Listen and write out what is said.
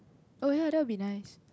oh ya that will be nice